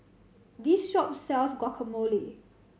this shop sells Guacamole